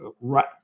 right